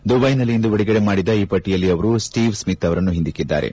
ದುಬೈನಲ್ಲಿ ಇಂದು ಬಿಡುಗಡೆ ಮಾಡಿದ ಈ ಪಟ್ಟಿಯಲ್ಲಿ ಅವರು ಸ್ಲೀವ್ಸಿತ್ ಅವರನ್ನು ಹಿಂದಿಕಿದ್ದಾರೆ